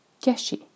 Cacher